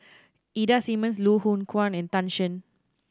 Ida Simmons Loh Hoong Kwan and Tan Shen